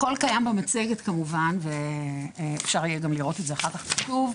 הכול קיים במצגת כמובן ואפשר יהיה גם לראות את זה אחר כך כתוב.